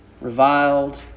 reviled